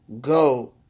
go